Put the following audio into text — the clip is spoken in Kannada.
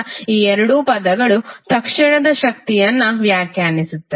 ಆದ್ದರಿಂದ ಈ ಎರಡು ಪದಗಳು ತಕ್ಷಣದ ಶಕ್ತಿಯನ್ನು ವ್ಯಾಖ್ಯಾನಿಸುತ್ತವೆ